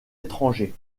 étrangers